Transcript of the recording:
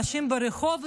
אנשים ברחוב,